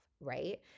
right